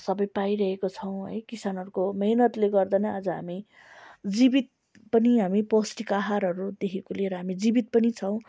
सबै पाइरहेको छौँ है किसानहरूको मेहनतले नै गर्दा नै आज हामी जीवित पनि हामी पौष्टिक आहारहरूदेखिको लिएर हामी जीवित पनि छौँ